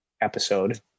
episode